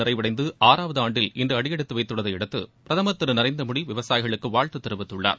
நிறைவடைந்து ஆறாவது ஆண்டில் இன்று அடியெடுத்து வைத்துள்ளதை அடுத்து பிரதமர் திரு நரேந்திரமோடி விவசாயிகளுக்கு வாழ்த்து தெரிவித்துள்ளார்